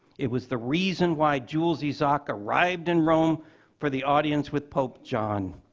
it was the reason why jules isaac arrived in rome for the audience with pope john.